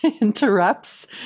interrupts